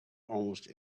almost